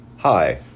Hi